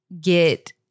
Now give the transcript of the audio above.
get –